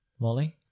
Molly